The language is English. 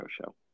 Show